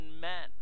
men